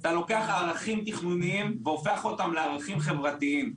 אתה לוקח ערכים תכנוניים והופך אותם לערכים חברתיים.